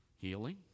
healing